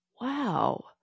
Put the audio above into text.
Wow